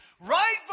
Right